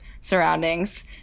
surroundings